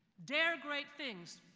dare great things,